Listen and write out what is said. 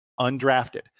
undrafted